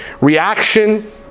reaction